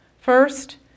First